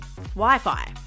Wi-Fi